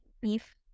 beef